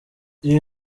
iyi